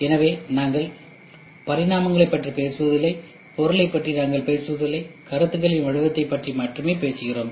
எனவே நாங்கள் பரிமாணங்களைப் பற்றி பேசுவதில்லை பொருளைப் பற்றி நாங்கள் பேசுவதில்லை கருத்துகளின் வடிவத்தைப் பற்றி மட்டுமே பேசுகிறோம்